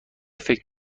فکر